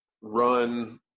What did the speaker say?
run